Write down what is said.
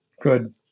good